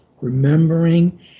Remembering